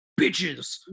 bitches